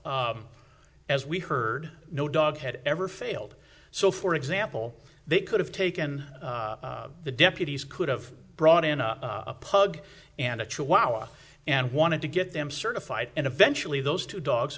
as we heard no dog had ever failed so for example they could have taken the deputies could have brought in a pug and a chihuahua and wanted to get them certified and eventually those two dogs